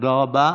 תודה רבה.